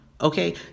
Okay